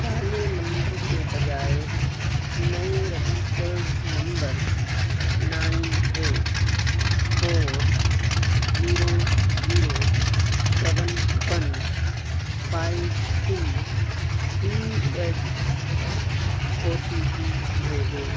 پرانے نمبر کے بجائے نئے رجسٹرڈ نمبر nine eight four zero zero seven one five three two eight پر او ٹی پی بھیجو